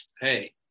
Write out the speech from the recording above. hey